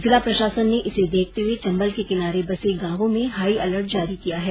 जिला प्रशासन ने इसे देखते हुए चंबल के किनारे बसे गांवों में हाई अलर्ट जारी किया है